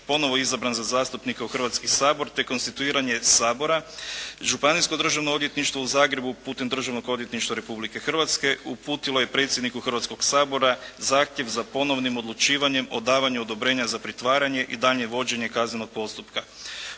ponovno izabran za zastupnika u Hrvatski sabor te konstituiranje Sabora Županijsko državno odvjetništvo u Zagrebu putem Državnog odvjetništva Republike Hrvatske uputilo je predsjedniku Hrvatskoga sabora zahtjev za ponovnim odlučivanjem o davanju odobrenja za pritvaranje i daljnje vođenje kaznenog postupka.